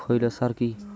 খৈল সার কি?